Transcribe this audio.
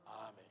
Amen